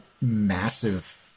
massive